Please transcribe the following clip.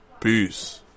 Peace